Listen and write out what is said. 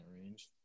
range